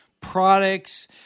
products